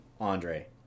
Andre